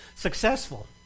successful